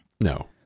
no